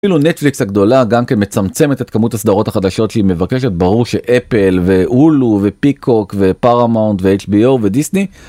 אפילו נטפליקס הגדולה גם כן מצמצמת את כמות הסדרות החדשות שהיא מבקשת ברור שאפל והולו ופיקוק ופרמונט ו-HBO ודיסני.